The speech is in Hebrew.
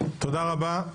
תודה רבה.